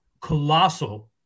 colossal –